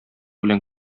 белән